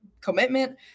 commitment